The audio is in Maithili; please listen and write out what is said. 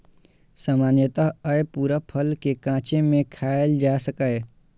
सामान्यतः अय पूरा फल कें कांचे मे खायल जा सकैए